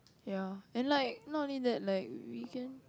ya and like not only that like we can